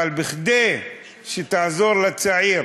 אבל כדי שתעזור לצעיר